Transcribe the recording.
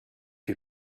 you